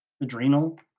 adrenal